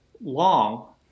long